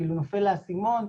כאילו נופל לה האסימון,